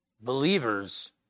believers